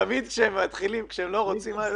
תמיד כשהם לא רוצים,